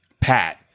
Pat